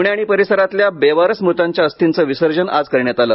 प्णे आणि परिसरातल्या बेवारस म्रतांच्या अस्थींचं विसर्जन आज करण्यात आलं